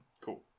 Cool